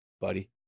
buddy